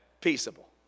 peaceable